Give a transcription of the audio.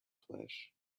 flesh